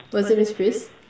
was it miss pris